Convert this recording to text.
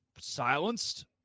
silenced